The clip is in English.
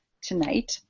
tonight